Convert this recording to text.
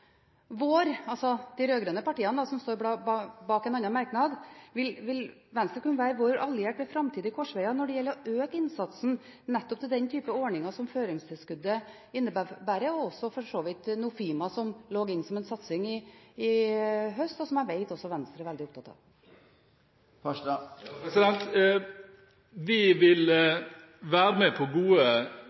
vår, altså de rød-grønne partienes – som står bak en annen merknad – allierte ved framtidige korsveger når det gjelder å øke innsatsen nettopp til den type ordninger som føringstilskuddet innebærer? Det gjelder for så vidt også Nofima, som lå inne som en satsing i høst, og som jeg vet at også Venstre er veldig opptatt av. Vi vil være med på gode